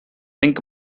think